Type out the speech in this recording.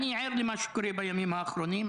אני ער למה שקורה בימים האחרונים,